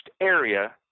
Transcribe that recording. area